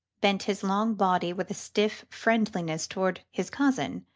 bent his long body with a stiff friendliness toward his cousin,